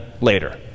later